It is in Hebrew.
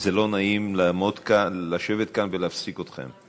לא נעים לשבת כאן ולהפסיק אתכם.